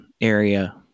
area